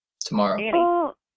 Tomorrow